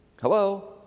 Hello